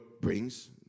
brings